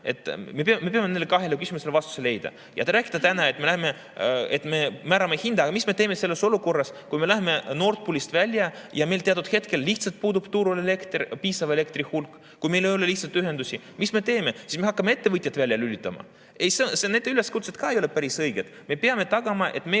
me peame neile kahele küsimusele vastuse leidma. Te räägite täna, et me määrame hinna, aga mis me teeme selles olukorras, kui me läheme Nord Poolist välja ja meil teatud hetkel lihtsalt puudub turul piisav elektri hulk, kui meil ei ole lihtsalt ühendusi? Mis me teeme? Siis me hakkame ettevõtjaid välja lülitama. Need üleskutsed ka ei ole päris õiged. Me peame tagama, et